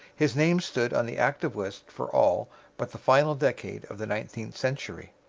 his name stood on the active list for all but the final decade of the nineteenth century.